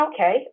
okay